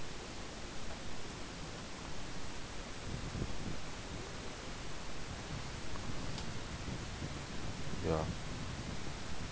ya